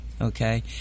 Okay